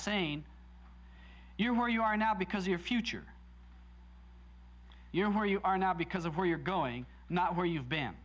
saying you're where you are now because your future your where you are now because of where you're going not where you've been